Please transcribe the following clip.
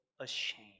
ashamed